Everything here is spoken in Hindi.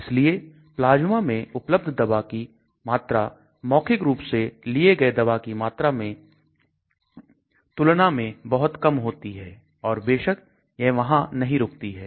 इसलिए प्लाज्मा में उपलब्ध दवा की मात्रा मौखिक रूप से लिए गए दवा की मात्रा की तुलना में बहुत कम होती है और बेशक यह वहां नहीं रुकती है